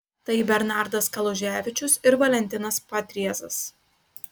tai bernardas kaluževičius ir valentinas padriezas